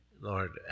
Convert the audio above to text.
Lord